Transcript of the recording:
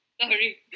Sorry